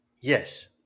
Yes